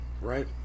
Right